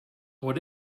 what